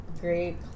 great